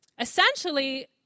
Essentially